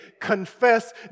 confess